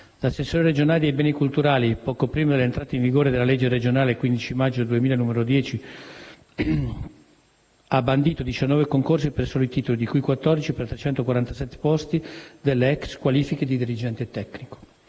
L'assessore regionale dei beni culturali, poco prima dell'entrata in vigore della legge regionale del 15 maggio 2000, n. 10, ha bandito 19 concorsi per soli titoli, di cui 14 per 347 posti delle ex qualifiche di dirigente tecnico.